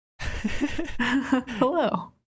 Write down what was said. Hello